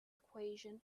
equation